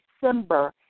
December